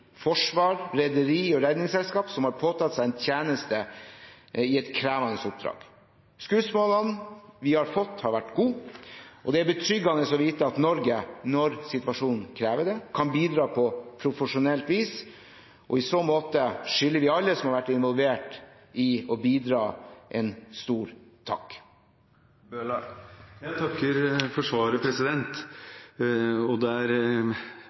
forsvar, rederi og redningsselskap som har påtatt seg tjeneste i et krevende oppdrag. Skussmålene vi har fått, har vært gode, og det er betryggende å vite at Norge, når situasjonen krever det, kan bidra på profesjonelt vis. I så måte skylder vi alle som har vært involvert i å bidra, en stor takk. Jeg takker for svaret. Det er veldig stor enighet om den rosen justisministeren gir til den innsatsen som er